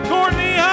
Courtney